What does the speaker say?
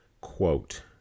quote